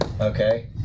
okay